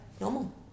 normal